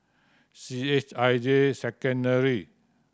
C H I J Secondary